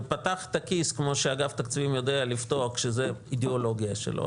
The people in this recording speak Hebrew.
ופתח את הכיס כמו שאגף תקציבים יודע לפתוח כשזה אידיאולוגיה שלו.